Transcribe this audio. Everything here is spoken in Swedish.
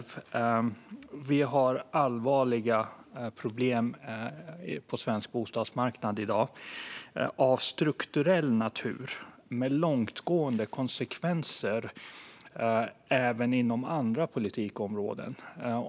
Vi har allvarliga problem på svensk bostadsmarknad i dag av strukturell natur med långtgående konsekvenser även inom andra politikområden.